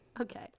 Okay